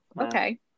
Okay